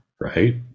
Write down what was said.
right